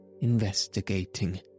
investigating